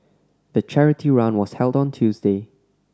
the charity run was held on a Tuesday